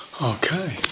Okay